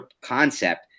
concept